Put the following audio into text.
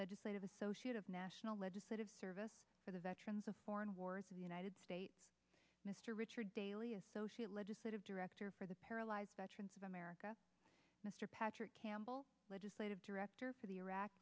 legislative associate of national legislative service for the veterans of foreign wars in the united states mr richard daley associate legislative director for the paralyzed veterans of america mr patrick campbell legislative director for the iraq